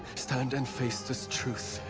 stand and face this truth,